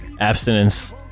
abstinence